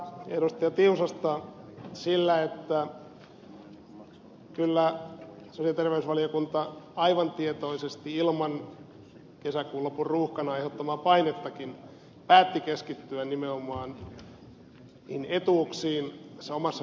tiusasta sillä että kyllä sosiaali ja terveysvaliokunta aivan tietoisesti ilman kesäkuun lopun ruuhkan aiheuttamaa painettakin päätti keskittyä nimenomaan niihin etuuksiin tässä omassa mietinnössään